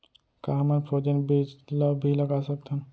का हमन फ्रोजेन बीज ला भी लगा सकथन?